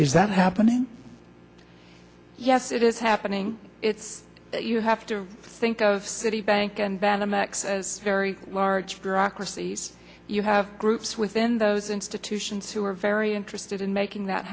is that happening yes it is happening it's you have to think of citibank and banamex as very large bureaucracy so you have groups within those institutions who are very interested in making that